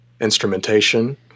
instrumentation